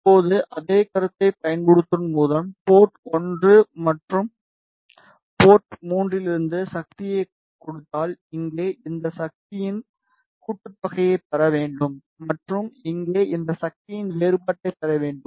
இப்போது அதே கருத்தை பயன்படுத்துவதன் மூலம் போர்ட் 1 மற்றும் போர்ட் 3 இலிருந்து சக்தியைக் கொடுத்தால் இங்கே இந்த சக்தியின் கூட்டுத்தொகையைப் பெற வேண்டும் மற்றும் இங்கே இந்த சக்தியின் வேறுபாட்டைப் பெற வேண்டும்